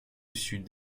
sud